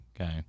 Okay